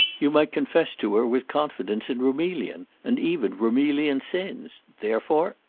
you might confess to her with confidence in roumelian, and even roumelian sins. therefore!